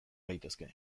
gaitezke